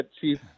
Chief